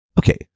okay